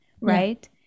right